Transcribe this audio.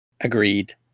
agreed